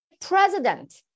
president